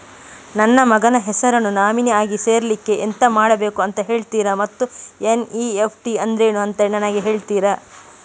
ನನ್ನ ಮಗನ ಹೆಸರನ್ನು ನಾಮಿನಿ ಆಗಿ ಸೇರಿಸ್ಲಿಕ್ಕೆ ಎಂತ ಮಾಡಬೇಕು ಅಂತ ಹೇಳ್ತೀರಾ ಮತ್ತು ಎನ್.ಇ.ಎಫ್.ಟಿ ಅಂದ್ರೇನು ಅಂತ ನನಗೆ ಹೇಳಿ